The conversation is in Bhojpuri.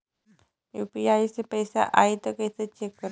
यू.पी.आई से पैसा आई त कइसे चेक करब?